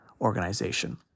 organization